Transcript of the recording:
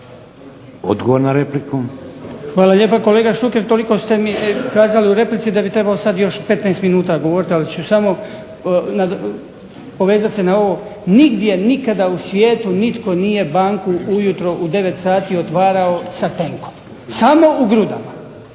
Goran (HDZ)** Hvala lijepa. Kolega Šuker toliko ste mi kazali u replici, da bi trebao sad još 15 minuta govoriti, ali ću samo povezati se na ovo nigdje nikada u svijetu nitko nije banku ujutro u 9 sati otvarao sa tenkom, samo u Grudama.